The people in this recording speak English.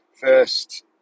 first